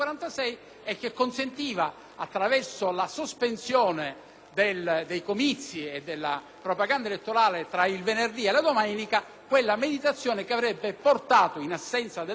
dei comizi e della propaganda elettorale tra il venerdì e la domenica, quella meditazione che avrebbe portato, in assenza di ogni pressione, ad una più veritiera, più rispondente, più trasparente,